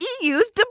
EU's